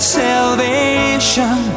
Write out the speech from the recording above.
salvation